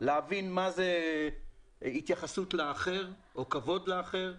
להבין מה זאת התייחסות לאחר או כבוד לאחר,